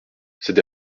cette